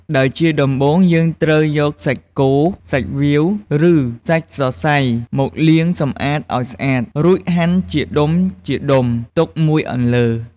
ដោយជាដំបូងយើងត្រូវយកសាច់គោ សាច់វៀវ ឬសាច់សសៃមកលាងសម្អាតឱ្យស្អាត រួចហាន់ជាដុំៗទុកមួយអន្លើ។